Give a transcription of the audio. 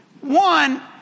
One